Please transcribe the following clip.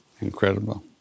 Incredible